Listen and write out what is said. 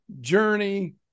journey